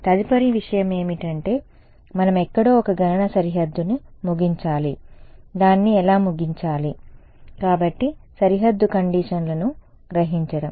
తదుపరి విషయం ఏమిటంటే మనం ఎక్కడో ఒక గణన సరిహద్దును ముగించాలి దాన్ని ఎలా ముగించాలి కాబట్టి సరిహద్దు కండీషన్లను గ్రహించడం